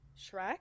Shrek